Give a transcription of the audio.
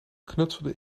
knutselde